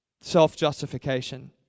self-justification